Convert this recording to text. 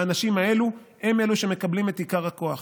האנשים האלה הם שמקבלים את עיקר הכוח.